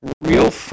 real